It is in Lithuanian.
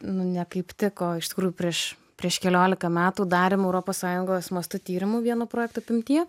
nu ne kaip tik o iš tikrųjų prieš prieš keliolika metų darėm europos sąjungos mastu tyrimų vieno projekto apimtyje